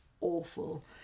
awful